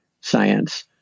science